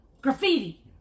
Graffiti